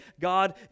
God